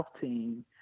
team